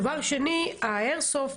דבר שני, האיירסופט,